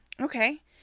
Okay